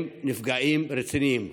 הם נפגעים רציניים,